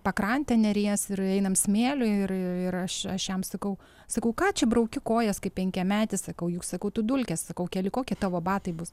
pakrante neries ir einam smėliu ir ir aš aš jam sakau sakau ką čia brauki kojas kaip penkiametis sakau juk sakau tu dulkes sakau keli kokie tavo batai bus